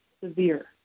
severe